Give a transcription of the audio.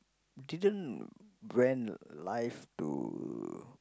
didn't went live to